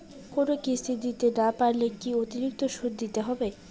কোনো কিস্তি দিতে না পারলে কি অতিরিক্ত সুদ দিতে হবে?